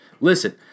Listen